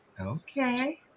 okay